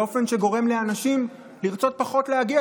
באופן שגורם לאנשים לרצות פחות להגיע,